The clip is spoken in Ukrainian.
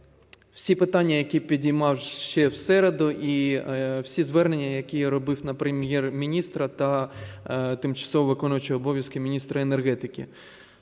всі питання, які піднімав ще в середу і всі звернення, які я робив на Прем'єр-міністра та тимчасово виконуючого обов'язки міністра енергетики.